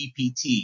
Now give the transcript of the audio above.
GPT